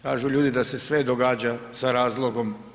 Kažu ljudi da se sve događa sa razlogom.